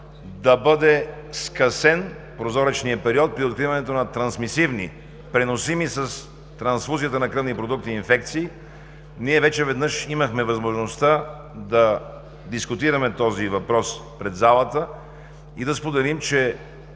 да бъде скъсен прозоречният период при откриването на трансмисивни преносими с трансфузията на кръвни продукти инфекции. Ние вече веднъж имахме възможността да дискутираме този въпрос пред залата и да споделим, че